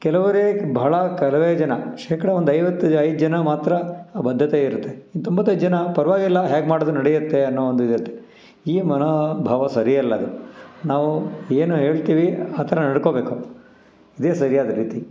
ಕೆಲವರೇ ಬಹಳ ಕೆಲವೇ ಜನ ಶೇಕಡ ಒಂದೈವತ್ತು ಐದು ಜನ ಮಾತ್ರ ಆ ಬದ್ದತೆ ಇರುತ್ತೆ ಇನ್ನು ತೊಂಬತ್ತೈದು ಜನ ಪರವಾಗಿಲ್ಲ ಹ್ಯಾಗೆ ಮಾಡಿದರೂ ನಡೆಯುತ್ತೆ ಅನ್ನೋ ಒಂದು ಇರುತ್ತೆ ಈ ಮನೋಭಾವ ಸರಿ ಅಲ್ಲ ಅದು ನಾವು ಏನು ಹೇಳ್ತಿವಿ ಆ ಥರ ನಡ್ಕೋಬೇಕು ಇದೇ ಸರಿಯಾದ ರೀತಿ